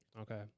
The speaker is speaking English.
Okay